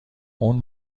اون